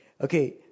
Okay